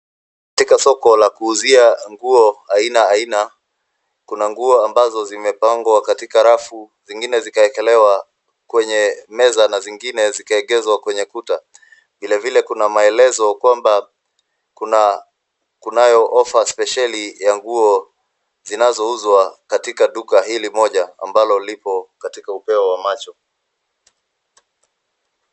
Katika soko la kuuzia nguo aina aina, kuna nguo ambazo zimepangwa katika rafu, zingine zikawekelewa kwenye meza na zingine zikaegezwa kwenye kuta. Vile vile kuna maelezo kwamba kuna, kunayo ofa spesheli ya nguo zinazouzwa katika duka hili moja ambalo lipo katika upeo wa macho.